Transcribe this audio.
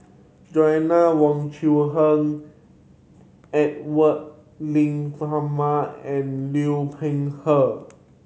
Joanna Wong Quee Heng Edwy Lyonet Talma and Liu Peihe